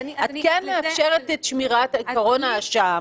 אני --- את כן מאפשרת את שמירת עיקרון האשם